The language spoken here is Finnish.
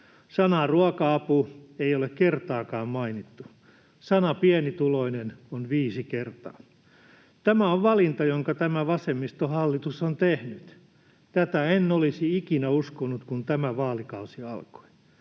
Sanaa ruoka-apu ei ole kertaakaan mainittu. Sana pienituloinen on viisi kertaa. Tämä on valinta, jonka tämä vasemmistohallitus on tehnyt. Tätä en olisi ikinä uskonut, kun tämä vaalikausi alkoi.